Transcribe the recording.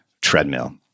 treadmill